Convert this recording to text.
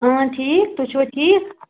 اۭں ٹھیٖک تُہۍ چھُوٕ ٹھیٖک